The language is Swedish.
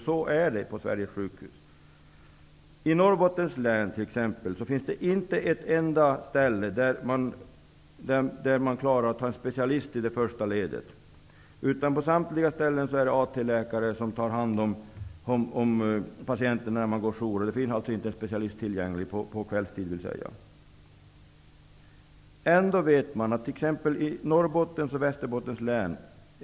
Så är det på I Norrbottens län finns det inte ett enda ställe där en specialist är tillgänglig i det första ledet, utan på samtliga ställen är det en AT-läkare som har jour som tar hand om patienten, dvs. på kvällstid.